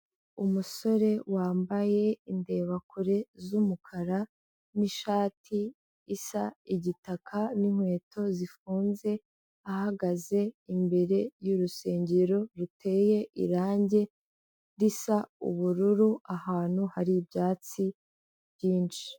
Umusore wambaye indebakure z'umukara n'ishati isa igitaka n'inkweto zifunze, ahagaze imbere y'urusengero ruteye irangi risa ubururu, ahantu hari ibyatsi byinshi.